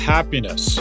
Happiness